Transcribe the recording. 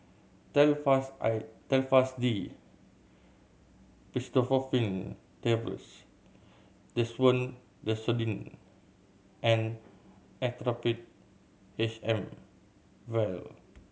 Telfast I Telfast D Pseudoephrine Tablets Desowen Desonide and Actrapid H M Vial